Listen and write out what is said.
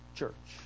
church